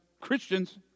Christians